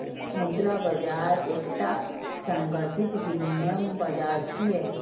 मुद्रा बाजार एकटा संगठित विनियम बाजार छियै